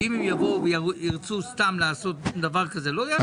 שאם הם יבואו וירצו סתם לעשות דבר כזה לא יאשרו להם.